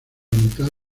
mitad